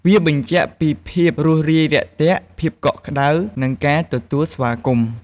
វាបញ្ជាក់ពីភាពរួសរាយរាក់ទាក់ ភាពកក់ក្តៅ និងការទទួលស្វាគមន៍។